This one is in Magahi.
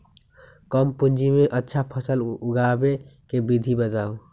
कम पूंजी में अच्छा फसल उगाबे के विधि बताउ?